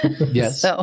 Yes